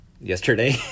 yesterday